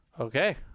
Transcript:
okay